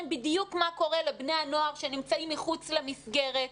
בדיוק מה קורה לבני הנוער שנמצאים מחוץ למסגרת,